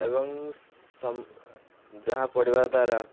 ଏବଂ ଯାହା ପଡ଼ିବା ଦ୍ୱାରା